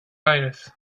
aires